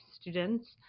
students